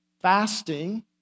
fasting